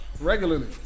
regularly